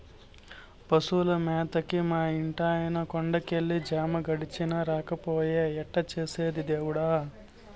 పశువుల మేతకి మా ఇంటాయన కొండ కెళ్ళి జాము గడిచినా రాకపాయె ఎట్టా చేసేది దేవుడా